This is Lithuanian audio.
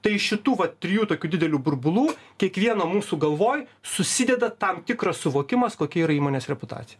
tai iš šitų va trijų tokių didelių burbulų kiekvieno mūsų galvoj susideda tam tikras suvokimas kokia yra įmonės reputacija